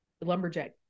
lumberjack